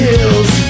Hills